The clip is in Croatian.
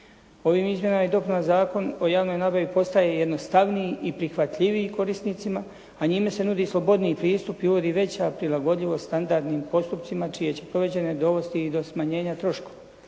Ovim izmjenama i dopunama Zakon o javnoj nabavi postaje jednostavniji i prihvatljiviji korisnicima, a njime se nudi slobodniji pristup i uvodi veća prilagodiljvost standardnim postupcima čije će povećanje dovesti i do smanjenja troškova.